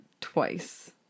twice